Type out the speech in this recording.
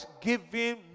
giving